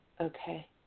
Okay